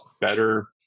better